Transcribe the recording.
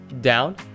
down